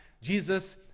Jesus